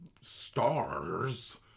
stars